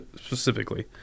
specifically